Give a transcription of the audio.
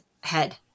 head